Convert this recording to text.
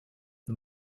the